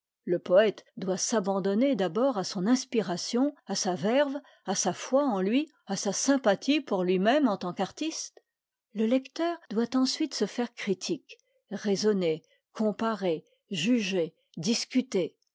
le poète doit s'abandonner d'abord à son inspiration à sa verve à sa foi en lui à sa sympathie pour lui même en tant qu'artiste le lecteur doit ensuite se faire critique raisonner comparer juger discuter